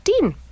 15